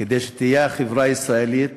כדי שהחברה הישראלית